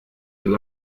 del